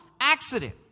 accident